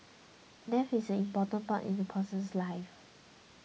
death is an important part in a person's life